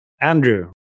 andrew